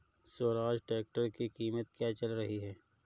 Swaraj tractor की कीमत क्या चल रही है?